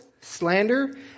slander